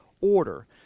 order